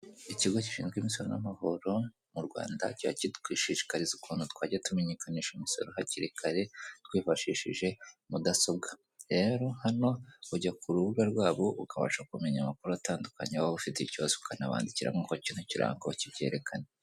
Ikigo gishinzwe imisoro n'amahoro mu Rwanda kiba kiri kudushishikariza ukuntu twajya tumenyekanisha imisoro hakiri kare twifashishije mudasobwa, rero hano ujya ku rubuga rwabo ukabasha kumenya amakuru atandukanye waba ufite ikibazo ukanabandikira nk'uko kino kirango kibyerekana.